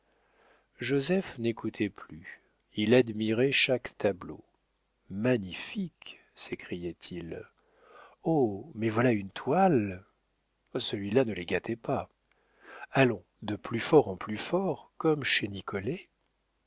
joseph n'écoutait plus il admirait chaque tableau magnifique s'écriait-il oh mais voilà une toile celui-là ne les gâtait pas allons de plus fort en plus fort comme chez